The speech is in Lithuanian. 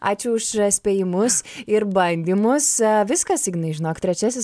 ačiū už spėjimus ir bandymus viskas ignai žinok trečiasis